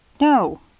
No